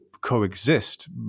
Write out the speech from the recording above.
coexist